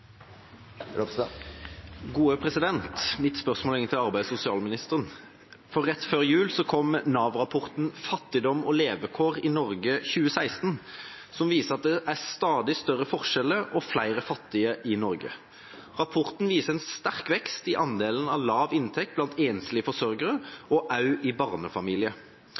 sosialministeren. Rett før jul kom Nav-rapport 1-2016 «Fattigdom og levekår i Norge», som viser at det er stadig større forskjeller og flere fattige i Norge. Rapporten viser en sterk vekst i andelen med lav inntekt blant enslige forsørgere og også i